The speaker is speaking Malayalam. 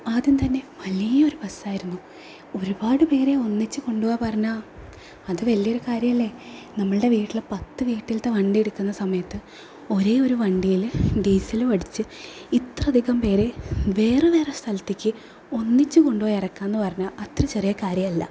ആദ്യം തന്നെ വലിയൊരു ബസ്സായിരുന്നു ഒരു പാട് പേരെ ഒന്നിച്ച് കൊണ്ട് പോകുക പറഞ്ഞാൽ അത് വലിയൊരു കാര്യമല്ലേ നമ്മളുടെ വീട്ടിലെ പത്ത് വീട്ടിലത്തെ വണ്ടിയെടുക്കുന്ന സമയത്ത് ഒരേ ഒരു വണ്ടിയിൽ ഡീസൽ അടിച്ച് ഇത്ര അധികം പേരെ വേറെ വേറെ സ്ഥലത്തേക്ക് ഒന്നിച്ച് കൊണ്ടു പോയി ഇറക്കുകയെന്നു പറഞ്ഞാൽ അത്ര ചെറിയ കാര്യമല്ല